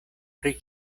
pri